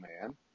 man